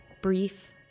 brief